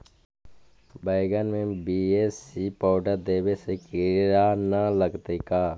बैगन में BAC powder देबे से किड़ा न लगतै का?